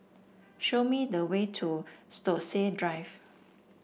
show me the way to Stokesay Drive